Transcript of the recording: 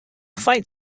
fight